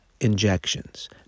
injections